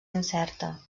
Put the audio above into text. incerta